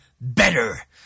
better